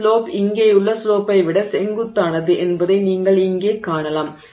இந்த ஸ்லோப் இங்கேயுள்ள ஸ்லோப்பை விட செங்குத்தானது என்பதை நீங்கள் இங்கே காணலாம்